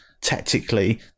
tactically